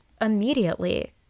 immediately